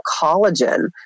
collagen